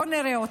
בואו נראה אתכם.